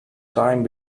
time